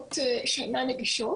מרפאות שאינן נגישות.